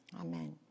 Amen